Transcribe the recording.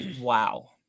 Wow